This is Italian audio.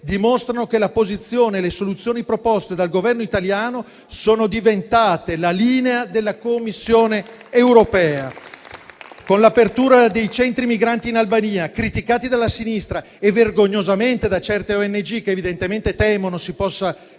dimostrano che la posizione e le soluzioni proposte dal Governo italiano sono diventate la linea della Commissione europea. Con l'apertura dei centri migranti in Albania, criticati dalla sinistra e vergognosamente da certe ONG (che evidentemente temono si possa